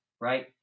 right